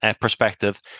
perspective